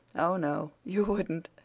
oh, no, you wouldn't.